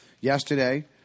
yesterday